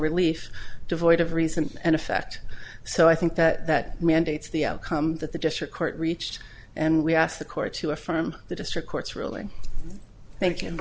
relief devoid of reason and effect so i think that that mandates the outcome that the district court reached and we asked the court to affirm the district court's ruling thank you